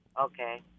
Okay